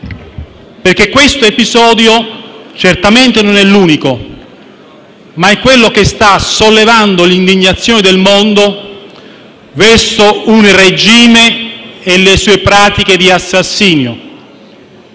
perché questo episodio certamente non è l'unico, ma è quello che sta sollevando l'indignazione del mondo verso un regime e le sue pratiche di assassinio.